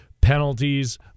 Penalties